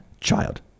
child